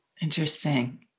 Interesting